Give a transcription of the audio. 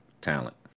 talent